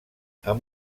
amb